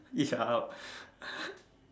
each are out